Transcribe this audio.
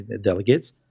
delegates